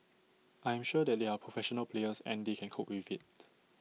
I am sure that they are professional players and they can cope with IT